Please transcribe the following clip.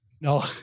no